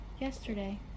Yesterday